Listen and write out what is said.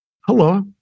Hello